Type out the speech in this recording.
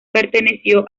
perteneció